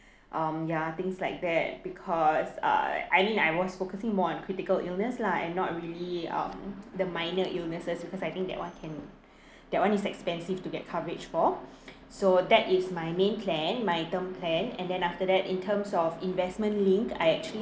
um ya things like that because uh I mean I was focusing more on critical illness lah and not really um the minor illnesses because I think that [one] can that [one] is expensive to get coverage for so that is my main plan my term plan and then after that in terms of investment linked I actually